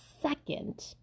second